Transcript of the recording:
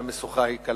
והמשוכה היא קלה.